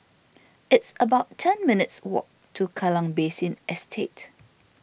it's about ten minutes' walk to Kallang Basin Estate